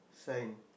sign